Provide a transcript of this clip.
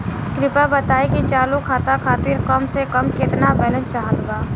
कृपया बताई कि चालू खाता खातिर कम से कम केतना बैलैंस चाहत बा